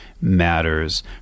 Matters